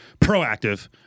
proactive